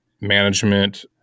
management